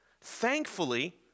Thankfully